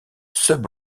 sub